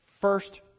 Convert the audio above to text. first